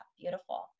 beautiful